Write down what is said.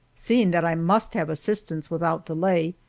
seeing that i must have assistance without delay,